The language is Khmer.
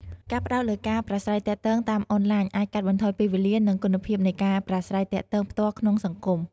ការផ្តោតលើការប្រាស្រ័យទាក់ទងតាមអនឡាញអាចកាត់បន្ថយពេលវេលា និងគុណភាពនៃការប្រាស្រ័យទាក់ទងផ្ទាល់ក្នុងសង្គម។